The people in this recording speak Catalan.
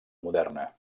moderna